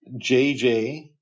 JJ